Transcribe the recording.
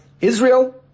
Israel